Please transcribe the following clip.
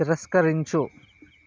తిరస్కరించు